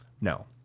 No